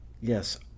yes